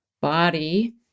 body